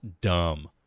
Dumb